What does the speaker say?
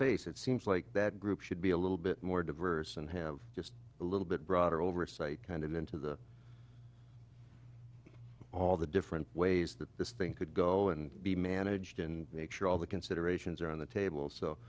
face it seems like that group should be a little bit more diverse and have just a little bit broader oversight and into the all the different ways that this thing could go and be managed and make sure all the considerations are on the table so